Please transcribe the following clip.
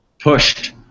pushed